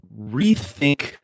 rethink